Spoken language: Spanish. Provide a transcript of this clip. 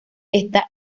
esta